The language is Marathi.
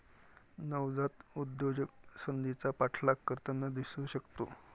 नवजात उद्योजक संधीचा पाठलाग करताना दिसू शकतो